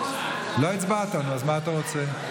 לא הצבעת, אז מה אתה רוצה?